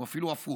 הוא אפילו הפוך.